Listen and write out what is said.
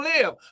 live